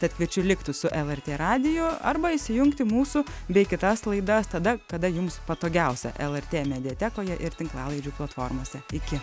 tad kviečiu likti su lrt radiju arba įsijungti mūsų bei kitas laidas tada kada jums patogiausia lrt mediatekoje ir tinklalaidžių platformose iki